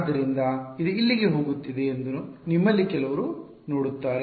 ಆದ್ದರಿಂದ ಇದು ಎಲ್ಲಿಗೆ ಹೋಗುತ್ತಿದೆ ಎಂದು ನಿಮ್ಮಲ್ಲಿ ಕೆಲವರು ನೋಡುತ್ತಾರೆ